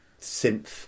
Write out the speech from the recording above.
synth